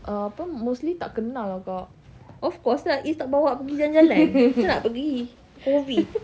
err apa mostly tak kenal lah kak